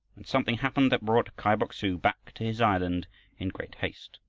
when something happened that brought kai bok-su back to his island in great haste.